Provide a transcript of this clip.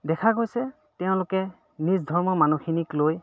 দেখা গৈছে তেওঁলোকে নিজ ধৰ্মৰ মানুহখিনিক লৈ